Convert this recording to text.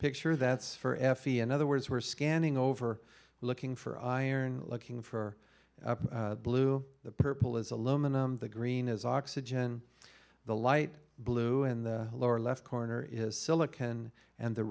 picture that's for effie and other words were scanning over looking for iron looking for blue the purple is aluminum the green is oxygen the light blue in the lower left corner is silicon and the